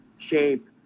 shape